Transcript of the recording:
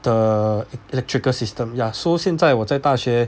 的 electrical system ya so 现在我在大学